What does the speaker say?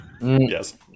Yes